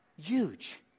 huge